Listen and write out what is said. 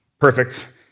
perfect